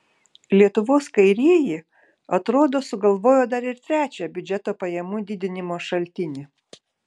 lietuvos kairieji atrodo sugalvojo dar ir trečią biudžeto pajamų didinimo šaltinį